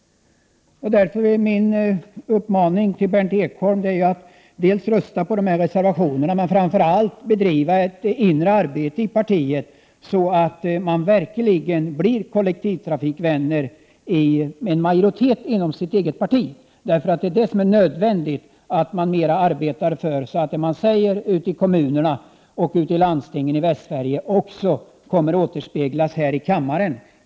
Därför är min uppmaning till Berndt Ekholm att rösta för dessa reservationer, men framför allt bedriva ett inre arbete inom sitt eget parti för att åstadkomma en majoritet av kollektivtrafikvänner. Det är nödvändigt att arbeta för detta så att det som sägs ute i kommunerna och landstingen i Västsverige också kommer att återspeglas här i kammaren.